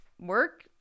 work